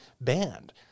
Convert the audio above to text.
banned